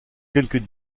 quelques